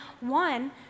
one